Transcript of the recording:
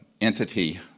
entity